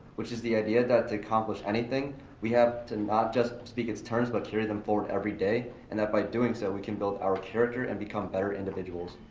which is the idea that to accomplish anything we have to not just speak it's terms but carry them forward every day. and by doing so we can build our character and become better individuals.